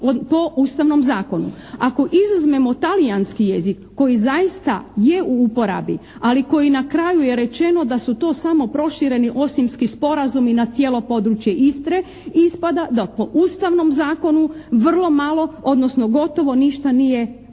Ako izuzmemo talijanski jezik koji zaista je u uporabi ali koji na kraju je rečeno da su to samo prošireni Osimski sporazumi na cijelo područje Istre ispada da po ustavnom zakonu vrlo malo odnosno gotovo ništa nije